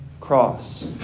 cross